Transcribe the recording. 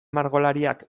margolariak